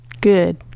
good